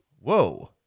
whoa